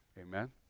Amen